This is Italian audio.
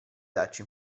darci